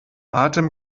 atem